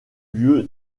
lieu